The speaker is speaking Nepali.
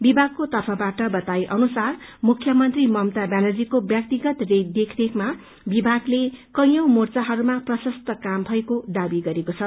विमागको तर्फबाट बताइए अनुसार मुख्यमन्त्री ममता व्यानर्जीको व्यक्तिगत देखरेखमा विभागले कैयौ मोर्चाहरूमा प्रशस्त काम भएको दावी गरेखो छ